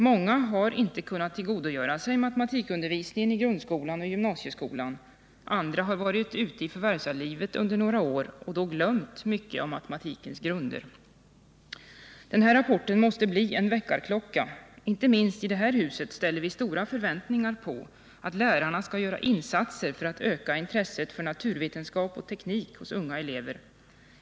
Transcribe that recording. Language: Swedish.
Många av dem har inte kunnat tillgodogöra sig matematikundervisningen i grundskolan och gymnasieskolan, andra har varit ute i förvärvslivet under några år och då glömt mycket av matematikens grunder. Den här rapporten måste bli en väckarklocka. Inte minst i det här huset ställer vi stora förväntningar på att lärarna skall göra insatser för att öka intresset för naturvetenskap och teknik hos unga elever.